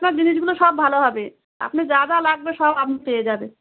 আপনার জিনিসগুলো সব ভালো হবে আপনি যা যা লাগবে সব আপনি পেয়ে যাবে